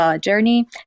journey